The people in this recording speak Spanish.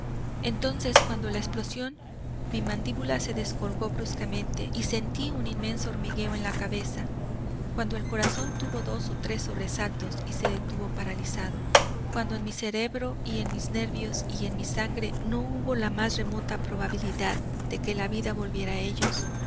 entonces cuando a la explosión mi mandíbula se descolgó bruscamente y sentí un inmenso hormigueo en la cabeza cuando el corazón tuvo dos o tres sobresaltos y se detuvo paralizado cuando en mi cerebro y en mis nervios y en mi sangre no hubo la más remota probabilidad de que la vida volviera a ellos